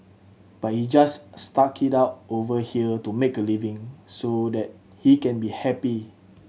but he just stuck it out over here to make a living so that he can be happy